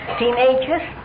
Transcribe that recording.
teenagers